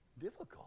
difficult